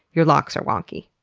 your locks are wonky.